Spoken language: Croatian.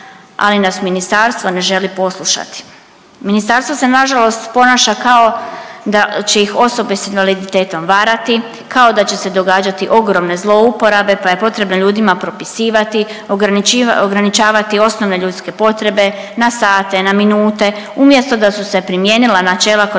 ali nas ministarstvo ne želi poslušati. Ministarstvo se nažalost ponaša kao da će ih osobe s invaliditetom varati, kao da će se događati ogromne zlouporabe pa je potrebno ljudima propisivati, ograničavati osnovne ljudske potrebe na sate, na minute, umjesto da su se primijenila načela Konvencije